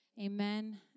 Amen